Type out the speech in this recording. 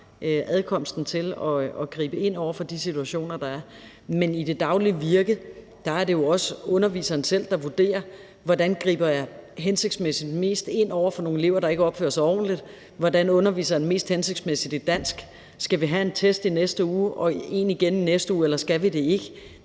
adkomst til at gribe ind over for de situationer, der er. Men i det daglige virke er det jo også underviseren selv, der vurderer, hvordan man griber mest hensigtsmæssigt ind over for nogle elever, der ikke opfører sig ordentligt, hvordan man mest hensigtsmæssigt underviser i dansk, og om man skal have en test i næste uge og en igen i næste uge, eller skal man ikke.